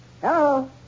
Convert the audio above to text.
Hello